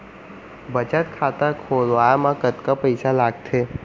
बचत खाता खोले मा कतका पइसा लागथे?